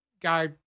guy